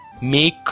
Make